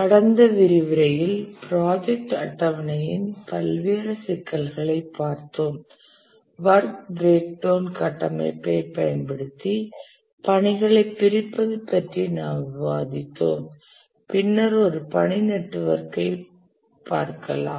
கடந்த விரிவுரையில் ப்ராஜெக்ட் அட்டவணையின் பல்வேறு சிக்கல்களைப் பார்த்தோம் வொர்க் பிறேக் டவுண் கட்டமைப்பைப் பயன்படுத்தி பணிகளை பிரிப்பது பற்றி நாம் விவாதித்தோம் பின்னர் ஒரு பணி நெட்வொர்க்கை பார்க்கலாம்